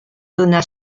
donna